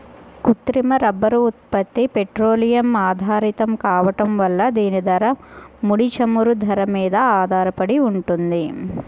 కృత్రిమ రబ్బరు ఉత్పత్తి పెట్రోలియం ఆధారితం కావడం వల్ల దీని ధర, ముడి చమురు ధర మీద ఆధారపడి ఉంటుంది